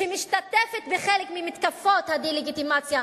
שמשתתפת בחלק ממתקפות הדה-לגיטימציה,